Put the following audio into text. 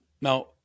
Now